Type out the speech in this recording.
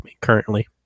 currently